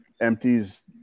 empties